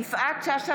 יפעת שאשא